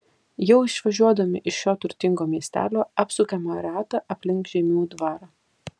jau išvažiuodami iš šio turtingo miestelio apsukame ratą aplink žeimių dvarą